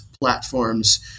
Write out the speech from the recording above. platforms